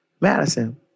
Madison